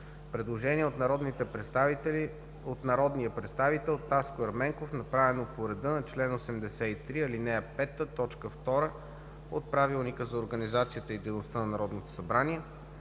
Предложение от народния представител Таско Ерменков, направено по реда на чл. 83, ал. 5, т. 2 от Правилника за